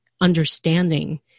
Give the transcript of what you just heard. understanding